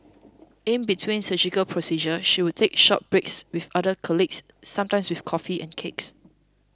in between surgical procedures she would take short breaks with other colleagues sometimes with coffee and cakes